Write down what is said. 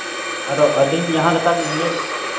ᱟᱫᱚ ᱟᱹᱞᱤᱧ ᱡᱟᱦᱟᱸᱞᱮᱠᱟᱞᱤᱧ ᱧᱮᱞ